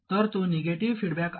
तर तो negative feedback आहे